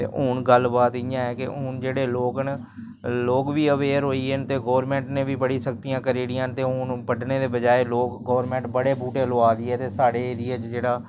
हून गल्ल बात इयां ऐ कि हून जेह्ड़े लोग न लोग बी अवेयर होई गे न ते गौरमैंट ने बी बड़ी सकतियां करी ओड़ियां न ते हून ब'ड्ढने दे बज़ाए लोग गौरमैंट बड़े बूह्टे लोआ दी ऐ ते साढ़े एरिये च जेह्ड़ा